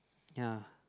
ya